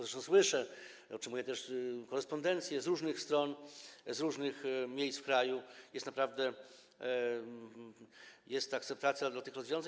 Zresztą słyszę, otrzymuję też korespondencję z różnych stron, z różnych miejsc w kraju, że jest naprawdę akceptacja dla tych rozwiązań.